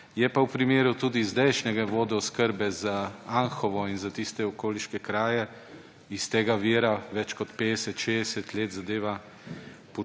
Je pa v primeru tudi zdajšnje vodooskrbe za Anhovo in za tiste okoliške kraje iz tega vira, več kot 50, 60 let je zadeva